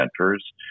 centers